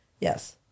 yes